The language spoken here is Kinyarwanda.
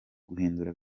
guhindura